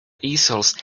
easels